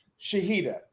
Shahida